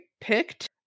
picked